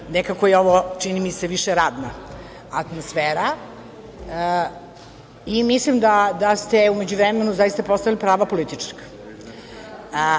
Nekako je ovo, čini mi se, radna atmosfera. Mislim da ste u međuvremenu zaista postali prava političarka.